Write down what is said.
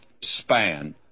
span